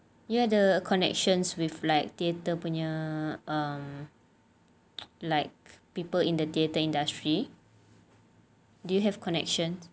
you ada connections with like theatre punya um like people in the theatre industry do you have connections